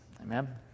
Amen